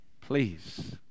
Please